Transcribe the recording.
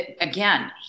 Again